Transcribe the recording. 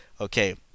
okay